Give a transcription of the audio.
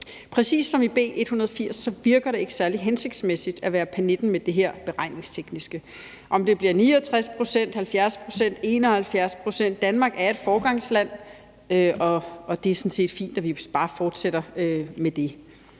Præcis som i B 180 virker det ikke særlig hensigtsmæssigt at være pernitten med det her beregningstekniske. Om det bliver 69 pct., 70 pct., 71 pct., Danmark er et foregangsland, og det er sådan set fint, at vi bare fortsætter med det.